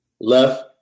Left